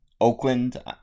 Oakland